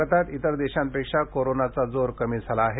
भारतात इतर देशांपेक्षा कोरोनाचा जोर कमी झाला आहे